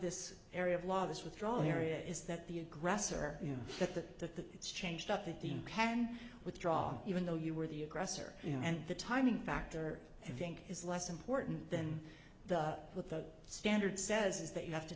this area of law this withdrawal area is that the aggressor you know that it's changed up that the hand withdraw even though you were the aggressor and the timing factor and think is less important than the with the standard says is that you have to